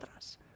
atrás